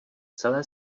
celé